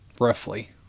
Roughly